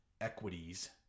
equities